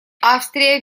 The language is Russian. австрия